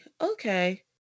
okay